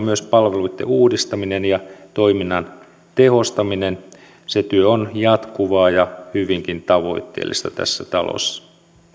myös palveluitten uudistaminen ja toiminnan tehostaminen se työ on jatkuvaa ja hyvinkin tavoitteellista tässä talossa